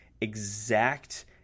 exact